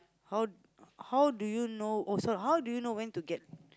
how how do you know also how do you know when to get